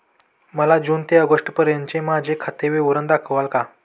मला जून ते ऑगस्टपर्यंतचे माझे खाते विवरण दाखवाल का?